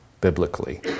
biblically